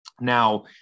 Now